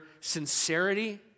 sincerity